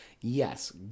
yes